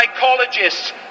psychologists